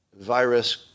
virus